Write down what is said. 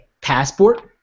Passport